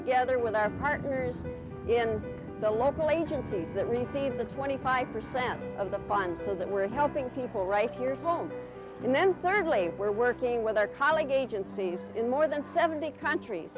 together with our partners in the local agencies that receive the twenty five percent of the funds so that we're helping people right here at home and then thirdly we're working with our colleague agencies in more than seventy countries